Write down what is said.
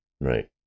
right